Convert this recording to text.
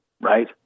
right